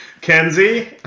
Kenzie